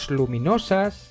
luminosas